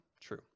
true